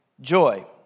Joy